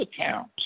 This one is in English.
account